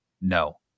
no